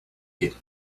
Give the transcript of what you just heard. get